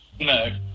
no